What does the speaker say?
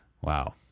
Wow